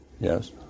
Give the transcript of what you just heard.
Yes